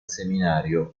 seminario